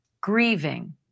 grieving